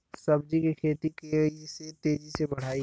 सब्जी के खेती के कइसे तेजी से बढ़ाई?